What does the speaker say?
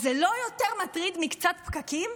אז זה לא יותר מטריד מקצת פקקים?